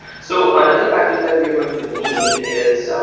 so another package that we are going to need is